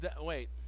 wait